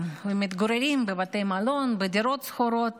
ומתגוררים בבתי מלון ובדירות שכורות